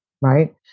Right